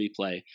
replay